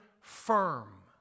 firm